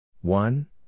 One